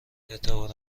اعتبار